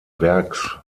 werks